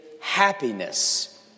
happiness